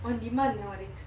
on demand nowadays